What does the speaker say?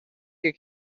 you